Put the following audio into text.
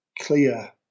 clear